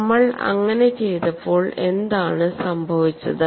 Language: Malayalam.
നമ്മൾ അങ്ങനെ ചെയ്തപ്പോൾ എന്താണ് സംഭവിച്ചത്